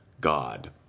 God